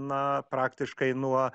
na praktiškai nuo